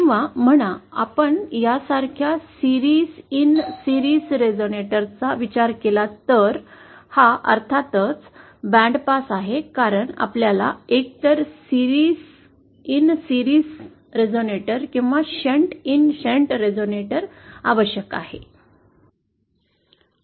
किंवा म्हणा आपन यासारख्या मालिकां मध्ये मालिका रेझोनेटर चा विचार केला तर हा अर्थातच बँड पास आहे कारण आपल्याला एकतर मालिके मध्ये मालिका रेझोनेटर किंवा शंट मध्ये शंट रेझोनेटर आवश्यक आहे